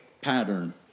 pattern